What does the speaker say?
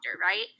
right